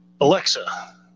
Alexa